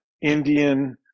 Indian